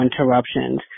interruptions